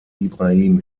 ibrahim